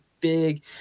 big